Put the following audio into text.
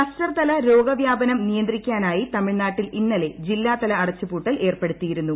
cluster തല രോഗവ്യാപനം നിയന്ത്രിക്കാനായി തമിഴ്നാട്ടിൽ ഇന്നലെ ജില്ലാതല അടച്ചുപൂട്ടൽ ഏർപ്പെടുത്തിയിരുന്നു